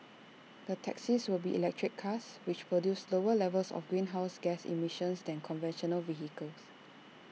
the taxis will be electric cars which produce lower levels of greenhouse gas emissions than conventional vehicles